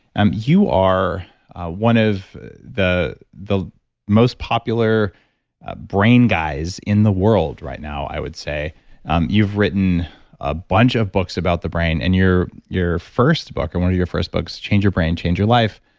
um you are one of the the most popular ah brain guys in the world right now, i would say um you've written a bunch of books about the brain. and your your first book and one of your first books, change your brain, change your life,